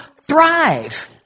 thrive